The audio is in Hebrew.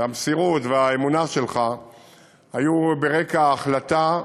והמסירות והאמונה שלך היו ברקע ההחלטה,